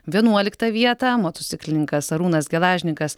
vienuoliktą vietą motociklininkas arūnas gelažnikas